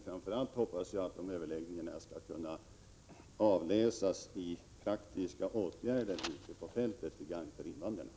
Framför allt hoppas jag att resultatet av de överläggningarna skall kunna avläsas i praktiska åtgärder ute på fältet till gagn för invandrarna.